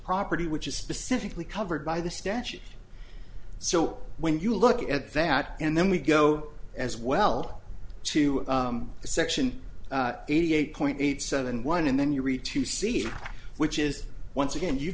property which is specifically covered by the statute so when you look at that and then we go as well to the section eighty eight point eight seven one and then you read to see which is once again you